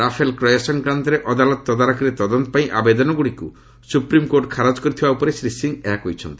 Rafale କ୍ରୟ ସଂକ୍ରାନ୍ତରେ ଅଦାଲତ ତଦାରଖରେ ତଦନ୍ତ ପାଇଁ ଆବେଦନଗୁଡ଼ିକୁ ସୁପ୍ରିମକୋର୍ଟ ଖାରଜ କରିଥିବା ଉପରେ ଶ୍ରୀ ସିଂହ ଏହା କହିଛନ୍ତି